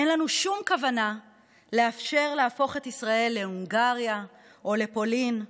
אין לנו שום כוונה לאפשר להפוך את ישראל להונגריה או לפולין.